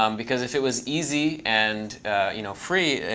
um because if it was easy and you know free,